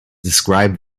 described